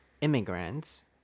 immigrants